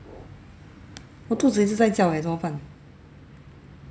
我肚子一直在叫哦怎么办